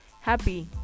happy